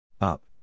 Up